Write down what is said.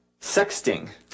Sexting